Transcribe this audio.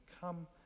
come